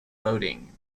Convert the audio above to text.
voting